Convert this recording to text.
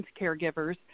caregivers